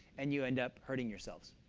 and you end up hurting yourselves.